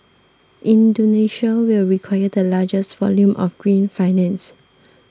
Indonesia will require the largest volume of green finance